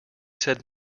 said